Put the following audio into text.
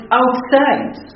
outside